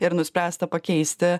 ir nuspręsta pakeisti